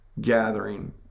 gathering